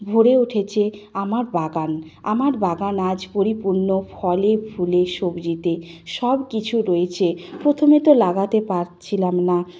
ভরে উঠেছে আমার বাগান আমার বাগান আজ পরিপূর্ণ ফলে ফুলে সবজিতে সব কিছু রয়েছে প্রথমে তো লাগাতে পারছিলাম না